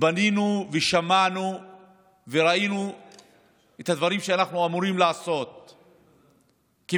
בנינו ושמענו וראינו את הדברים שאנחנו אמורים לעשות כמדינה,